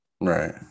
right